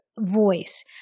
voice